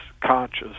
conscious